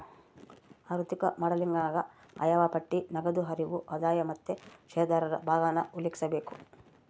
ಆಋಥಿಕ ಮಾಡೆಲಿಂಗನಾಗ ಆಯವ್ಯಯ ಪಟ್ಟಿ, ನಗದು ಹರಿವು, ಆದಾಯ ಮತ್ತೆ ಷೇರುದಾರರು ಭಾಗಾನ ಉಲ್ಲೇಖಿಸಬೇಕು